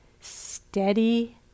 steady